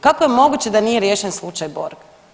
Kako je moguće da nije riješen slučaj Borg?